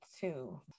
two